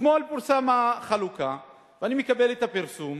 אתמול פורסמה החלוקה, ואני מקבל את הפרסום.